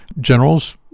generals